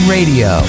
Radio